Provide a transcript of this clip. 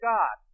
God